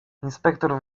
inspektor